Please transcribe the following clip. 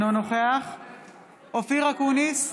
אינו נוכח אופיר אקוניס,